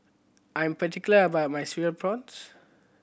I'm particular about my Cereal Prawns